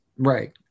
right